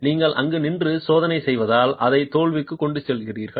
நீங்கள் அங்கு நின்று சோதனை செய்வதால் அதை தோல்விக்கு கொண்டு செல்கிறீர்கள்